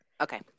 Okay